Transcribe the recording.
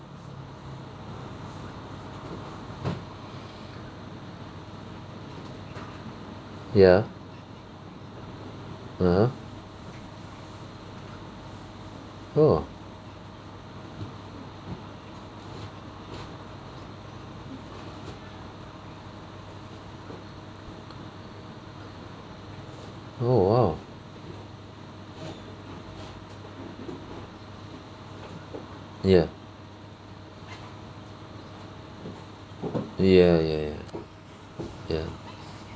ya (uh huh) oh oh !wow! ya ya ya ya ya